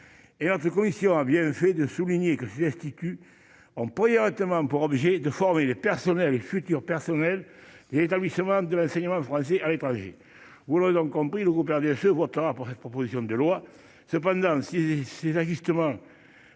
et en tout cas, ici, on a bien fait de souligner que cet institut employeurs notamment pour objet de former les personnels et futur personnel il établissement de l'enseignement français à l'étranger, vous l'aurez donc compris le groupe RDSE votera pour cette proposition de loi